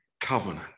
covenant